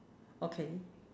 okay